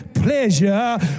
pleasure